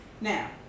Now